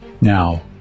Now